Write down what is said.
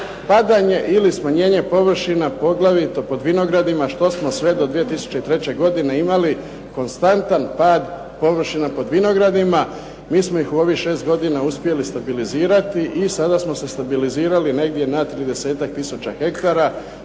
padanje ili smanjenje površina poglavito po vinogradima što smo sve do 2003. godine imali konstantan pad površina pod vinogradima. Mi smo u ovih šest godina uspjeli stabilizirati i sada smo stabilizirali negdje na tridesetak